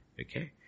Okay